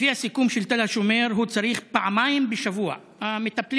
לפי הסיכום של תל השומר הוא צריך פעמיים בשבוע מטפלים,